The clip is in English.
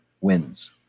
wins